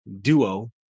duo